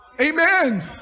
Amen